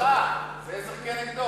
זכה, עזר כנגדו.